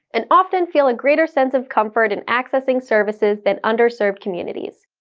and often feel a greater sense of comfort in accessing services than underserved communities.